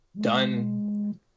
done